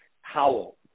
Howell